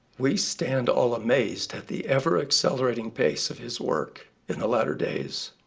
we stand all amazed at the ever-accelerating pace of his work in the latter days.